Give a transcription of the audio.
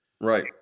Right